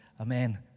Amen